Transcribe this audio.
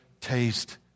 taste